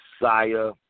Messiah